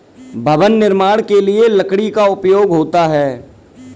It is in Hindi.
भवन निर्माण के लिए लकड़ी का उपयोग होता है